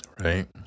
Right